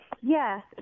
Yes